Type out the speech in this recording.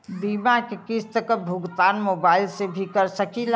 बीमा के किस्त क भुगतान मोबाइल से भी कर सकी ला?